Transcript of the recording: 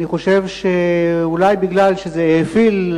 אני חושב שאולי בגלל שזה האפיל,